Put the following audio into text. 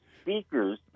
speakers